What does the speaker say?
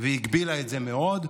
והגביל את זה מאוד.